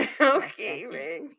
okay